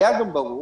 היה גם ברור